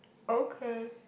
okay